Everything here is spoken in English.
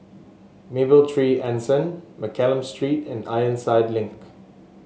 Mapletree Anson Mccallum Street and Ironside Link